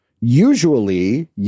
Usually